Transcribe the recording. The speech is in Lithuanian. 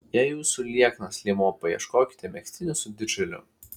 jei jūsų lieknas liemuo paieškokite megztinių su dirželiu